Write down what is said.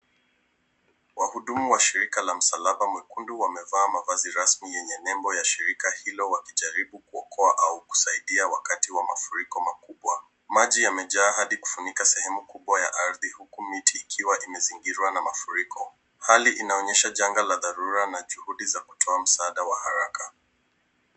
Wahudumu wa shirika la msalaba mwekundu wamevaa mavazi rasmi yenye nembo ya shirika hilo wakijaribu kuokoa au kusaidia wakati wa mafuriko makubwa. Maji yamejaa hadi kufunika sehemu kubwa ya ardhi huku miti ikiwa imezingirwa na mafuriko. Hali inaonyesha janga la dharura na juhudi za kutoa msaada wa haraka.